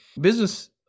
business